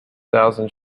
thousand